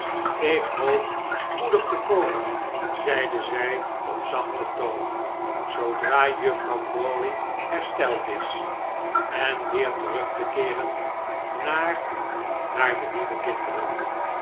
ik hoop spoedig te komen zeide zij op zachten toon zoodra juffrouw crawley hersteld is en weer terug te keeren naar naar de lieve kinderen